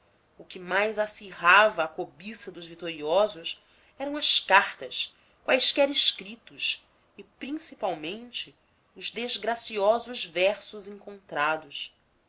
o que mais acirrava a cobiça dos vitoriosos eram as cartas quaisquer escritos e principalmente os desgraciosos versos encontrados